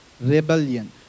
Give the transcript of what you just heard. rebellion